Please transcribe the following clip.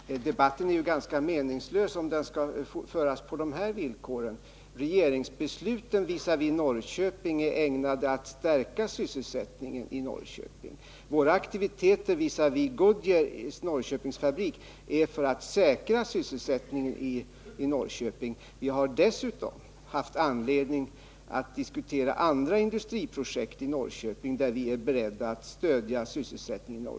Fru talman! Debatten blir ju ganska meningslös om den skall föras på de här villkoren. Regeringsbesluten visavi Norrköping är ägnade att stärka sysselsättningen i Norrköping. Våra aktiviteter visavi Goodyearfabriken görs för att ra sysselsättningen i Norrköping. Vi har dessutom haft anledning att diskutera andra industriprojekt i Norrköping, genom vilka vi är beredda att stödja sysselsättningen där.